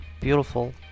beautiful